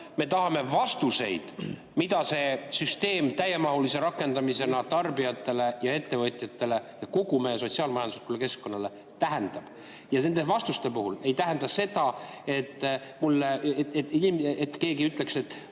Me tahame vastuseid, mida see süsteem täiemahulise rakendamise korral tarbijatele ja ettevõtjatele ja kogu meie sotsiaal-majanduslikule keskkonnale tähendab. Ja need vastused ei tähenda seda, et keegi ütleks, et